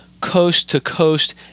coast-to-coast